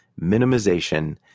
minimization